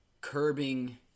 curbing